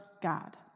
God